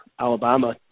Alabama